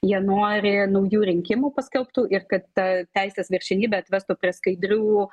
jie nori naujų rinkimų paskelbtų ir kad ta teisės viršenybė atvestų prie skaidrių